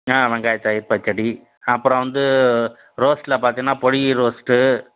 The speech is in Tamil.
ஆ வெங்காயத் தயிர் பச்சடி அப்புறம் வந்து ரோஸ்ட்டில் பார்த்தீங்கன்னா பொடி ரோஸ்ட்டு